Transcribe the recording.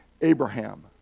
Abraham